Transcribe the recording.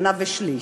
שנה ושליש.